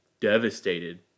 devastated